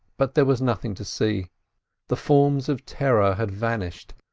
but there was nothing to see the forms of terror had vanished,